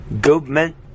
government